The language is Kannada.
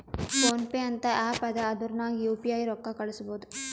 ಫೋನ್ ಪೇ ಅಂತ ಆ್ಯಪ್ ಅದಾ ಅದುರ್ನಗ್ ಯು ಪಿ ಐ ರೊಕ್ಕಾ ಕಳುಸ್ಬೋದ್